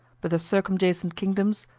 but the circumjacent kingdoms,